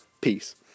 Peace